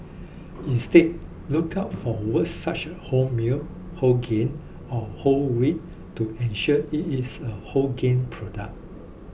instead look out for words such as wholemeal whole grain or whole wheat to ensure it is a wholegrain product